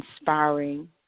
inspiring